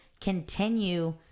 continue